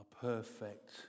perfect